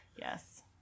Yes